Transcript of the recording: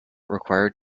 required